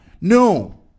No